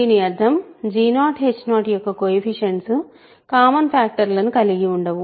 దీని అర్థం g0h 0 యొక్క కొయెఫిషియంట్స్ కామన్ ఫ్యాక్టర్లను కలిగి ఉండవు